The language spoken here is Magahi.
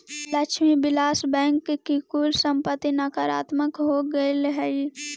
लक्ष्मी विलास बैंक की कुल संपत्ति नकारात्मक हो गेलइ हल